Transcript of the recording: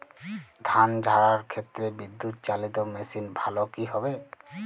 ধান ঝারার ক্ষেত্রে বিদুৎচালীত মেশিন ভালো কি হবে?